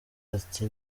ati